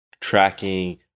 tracking